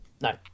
no